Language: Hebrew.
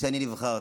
אני נבחרתי.